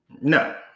No